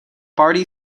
party